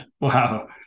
Wow